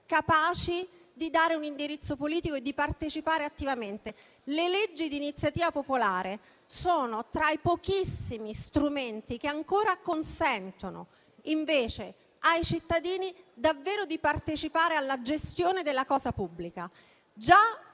capaci di dare un indirizzo politico e di partecipare attivamente. Ebbene, le leggi di iniziativa popolare sono tra i pochissimi strumenti che ancora consentono, invece, ai cittadini di partecipare davvero alla gestione della cosa pubblica. Già